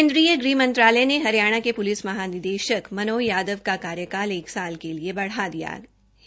केन्द्रीय गृह मंत्रालय ने हरियाणा के प्लिस महानिदेशक मनोज यादव का कार्यकाल एक साल के लिए बढ़ा दिया है